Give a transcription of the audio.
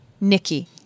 Nikki